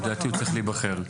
לדעתי הוא צריך להיבחר.